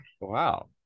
wow